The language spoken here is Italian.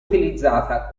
utilizzata